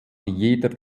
jeder